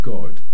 God